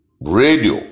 Radio